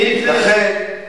מי יקנה את זה?